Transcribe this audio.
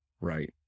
Right